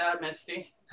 Misty